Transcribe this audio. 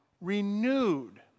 renewed